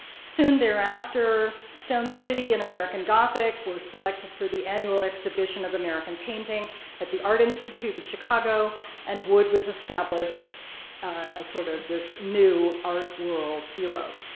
soon thereafter, stone city and american gothic were selected for the annual exhibition of american painting at the art institute in chicago and wood was established as sort of this new art world hero.